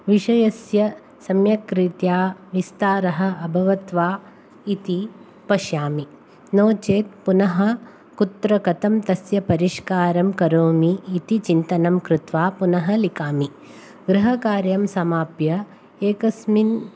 विषयस्य सम्यक् रीत्या विस्तारः अभवत् वा इति पश्यामि नो चेत् पुनः कुत्र कथं तस्य परिष्कारं करोमि इति चिन्तनं कृत्वा पुनः लिखामि गृहकार्यं समाप्य एकस्मिन्